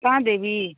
एकता देवी